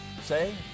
say